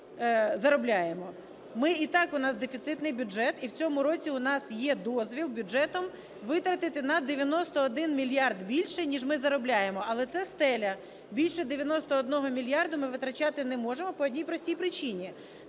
ніж заробляємо. І так у нас дефіцитний бюджет і в цьому році у нас є дозвіл бюджетом витратити на 91 мільярд більше, ніж ми заробляємо. Але це стеля. Більше 91 мільярда ми витрачати не можемо по одній простій причині.